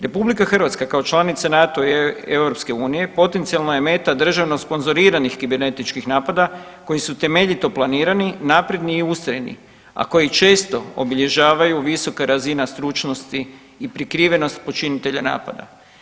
RH kao članica NATO i EU potencijalno je meta državno sponzoriranih kibernetičkih napada koji su temeljito planirani, napredni i ustrajni, a koji često obilježavaju visoka razina stručnosti i prikrivenost počinitelja napada.